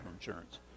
insurance